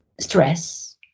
stress